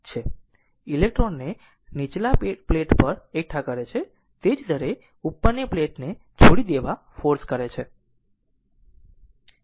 electron ને નીચલા plate પર એકઠા કરે છે તે જ દરે ઉપરની પ્લેટને છોડી દેવા ફોર્સ કરે છે